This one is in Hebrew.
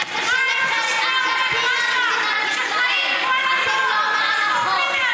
המסר של נבחרת ארגנטינה למדינת ישראל: אתם לא מעל החוק,